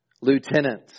lieutenant